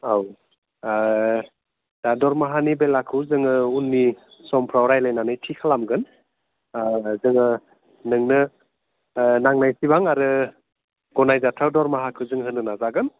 औ दा दरमाहानि बेलाखौ जोङो उननि समफोराव रायज्लायनानै थि खालामगोन जोङो नोंनो नांनायसेबां आरो गनायजाथाव दरमहाखौ जों होनो नाजागोन